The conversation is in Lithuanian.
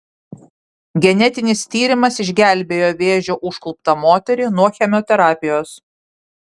genetinis tyrimas išgelbėjo vėžio užkluptą moterį nuo chemoterapijos